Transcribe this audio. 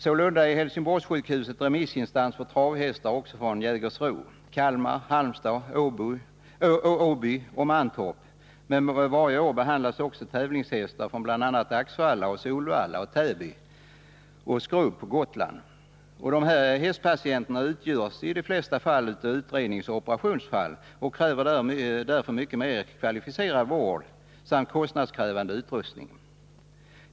Sålunda är Helsingborgssjukhuset remissinstans för travhästar från Jägersro, Kalmar, Halmstad, Åby och Mantorp, men varje år behandlas också tävlingshästar från bl.a. Axvalla, Solvalla, Täby och Skrubb på Gotland. Dessa hästpatienter är i de flesta fall utredningsoch operationsfall och kräver därför mer kvalificerad vård samt kostnadskrävande utrustning.